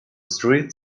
street